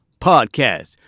Podcast